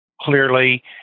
clearly